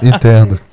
Entendo